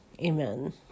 Amen